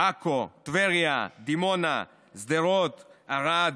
עכו, טבריה, דימונה, שדרות, ערד,